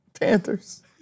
Panthers